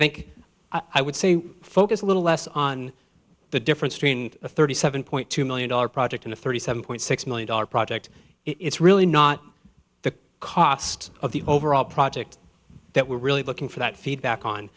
think i would say focus a little less on the different strain a thirty seven point two million dollars project in a thirty seven point six million dollars project it's really not the cost of the overall project that we're really looking for that feedback on